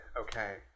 okay